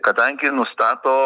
kadangi nustato